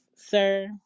Sir